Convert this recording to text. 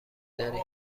دارین